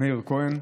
מאיר כהן,